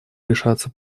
решаться